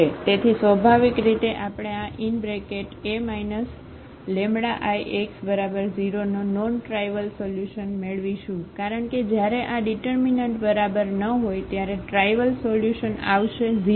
તેથી સ્વાભાવિક રીતે આપણે આ A λIx0 નો નોન ટ્રાઇવલ સોલ્યુશન મેળવીશું કારણ કે જ્યારે આ ઙીટરમીનન્ટ બરાબર ન હોય ત્યારેટ્રાઇવલ સોલ્યુશન આવશે 0